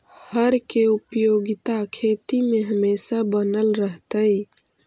हर के उपयोगिता खेती में हमेशा बनल रहतइ